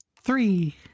Three